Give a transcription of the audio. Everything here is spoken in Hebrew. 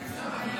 יפה.